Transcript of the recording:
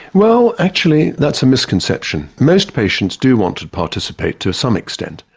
well, actually that's a misconception. most patients do want to participate to some extent.